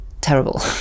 terrible